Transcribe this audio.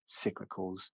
cyclicals